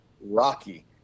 rocky